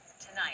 tonight